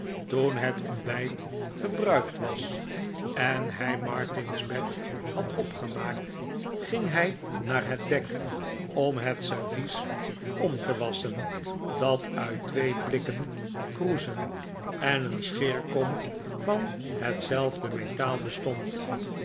toen het ontbijt gebruikt was en hij martin's bed had opgemaakt ging hij naar het dek om het servies om te wasschen dat uit twee blikken kroezen en een scheerkom van hetzelfde metaal bestond